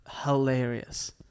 hilarious